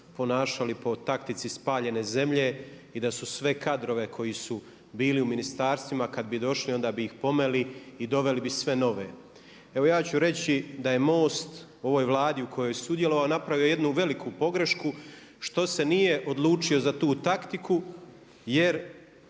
ponašali po taktici spaljene zemlje i da su sve kadrove koji su bili u ministarstvima kada bi došli onda bih ih pomeli i doveli bi sve nove. Evo ja ću reći da je MOST ovoj Vladi u kojoj je sudjelovao napravio jednu veliku pogrešku što se nije odlučio za tu taktiku jer